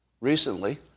recently